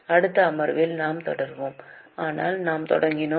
அடுத்த அமர்வில் நாம் தொடர்வோம் ஆனால் நாம் தொடங்கினோம்